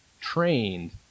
trained